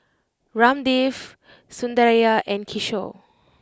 Ramdev Sundaraiah and Kishore